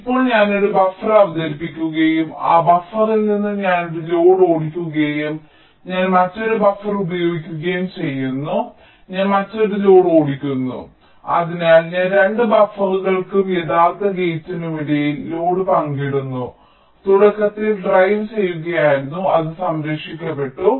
ഇപ്പോൾ ഞാൻ ഒരു ബഫർ അവതരിപ്പിക്കുകയും ആ ബഫറിൽ നിന്ന് ഞാൻ ഒരു ലോഡ് ഓടിക്കുകയും ഞാൻ മറ്റൊരു ബഫർ ഉപയോഗിക്കുകയും ചെയ്യുന്നു ഞാൻ മറ്റൊരു ലോഡ് ഓടിക്കുന്നു അതിനാൽ ഞാൻ 2 ബഫറുകൾക്കും യഥാർത്ഥ ഗേറ്റിനും ഇടയിൽ ലോഡ് പങ്കിടുന്നു തുടക്കത്തിൽ ഡ്രൈവ് ചെയ്യുകയായിരുന്നു അത് സംരക്ഷിക്കപ്പെട്ടു